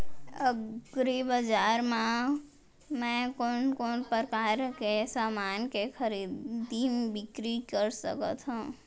एग्रीबजार मा मैं कोन कोन परकार के समान के खरीदी बिक्री कर सकत हव?